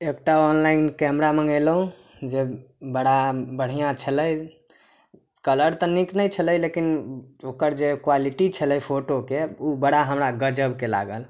एकटा online camera मँगेलहुँ जे बड़ा बढ़िआँ छलै कलर तऽ नीक नहि छलै लेकिन ओकर जे क्वालिटी छलै फोटोके ओ बड़ा हमरा गजबके लागल